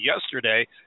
yesterday